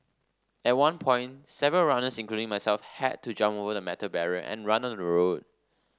at one point several runners including myself had to jump over the metal barrier and run on the road